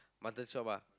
mutton shop ah